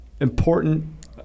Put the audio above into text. important